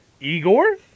igor